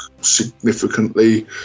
significantly